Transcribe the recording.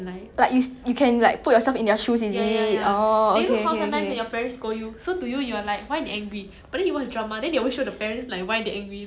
orh